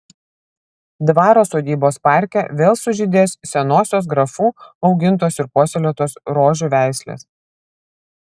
dvaro sodybos parke vėl sužydės senosios grafų augintos ir puoselėtos rožių veislės